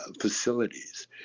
facilities